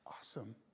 Awesome